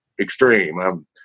extreme